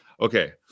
Okay